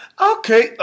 Okay